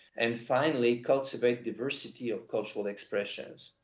and finally, cultivate diversity of cultural expressions.